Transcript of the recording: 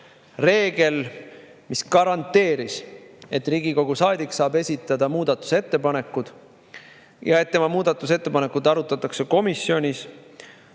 reeglit, mis garanteeris, et Riigikogu saadik saab esitada muudatusettepaneku, tema muudatusettepanekut arutatakse komisjonis